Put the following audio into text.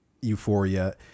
euphoria